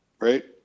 right